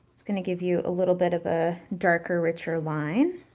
it's gonna give you a little bit of a darker, richer line.